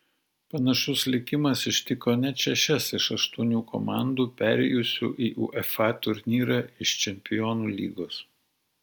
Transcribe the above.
panašus likimas ištiko net šešias iš aštuonių komandų perėjusių į uefa turnyrą iš čempionų lygos